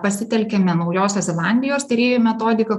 pasitelkiame naujosios zelandijos tyrėjų metodika